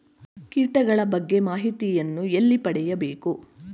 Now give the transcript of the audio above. ಕೀಟಗಳ ಬಗ್ಗೆ ಮಾಹಿತಿಯನ್ನು ಎಲ್ಲಿ ಪಡೆಯಬೇಕು?